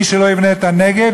מי שלא יבנה את הנגב,